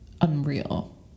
unreal